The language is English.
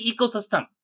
ecosystem